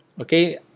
Okay